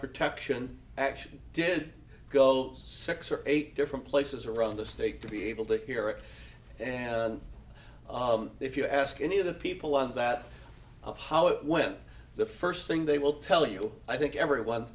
protection action did go six or eight different places around the state to be able to hear it and if you ask any of the people on that how it went the first thing they will tell you i think everyone